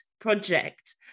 project